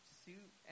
suit